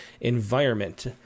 environment